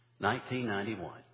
1991